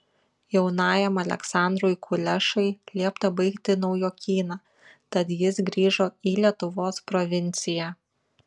jaunajam aleksandrui kulešai liepta baigti naujokyną tad jis grįžo į lietuvos provinciją